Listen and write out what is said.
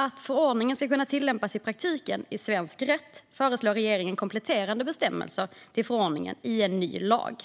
att förordningarna ska kunna tillämpas i praktiken i svensk rätt föreslår regeringen kompletterande bestämmelser till förordningarna i en ny lag.